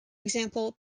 example